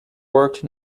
worked